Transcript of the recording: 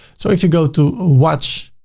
so if you go to watch,